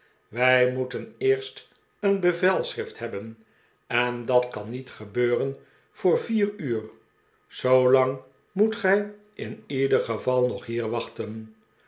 wij moeten eerst een bevelschrift hebben en dat kan niet gebeuren voor vier uur zoolang moet gij in ieder geval nog hier wachten